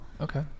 Okay